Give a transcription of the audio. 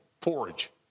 porridge